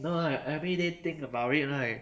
you know I everyday think about it right